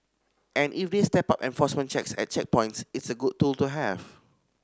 and if they step up enforcement checks at checkpoints it's a good tool to have